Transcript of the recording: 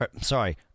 sorry